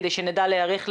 כדי שנדע להיערך לדיון,